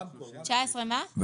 תהיה הקראה נוספת?